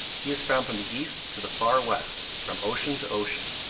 he is found from the east to the far west, from ocean to ocean.